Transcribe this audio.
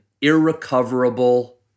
irrecoverable